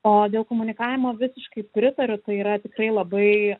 o dėl komunikavimo visiškai pritariu tai yra tikrai labai